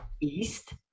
East